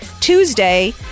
Tuesday